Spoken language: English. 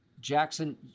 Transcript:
Jackson